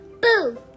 Boo